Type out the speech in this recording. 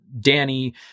Danny